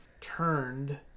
turned